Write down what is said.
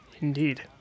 Indeed